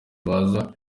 baza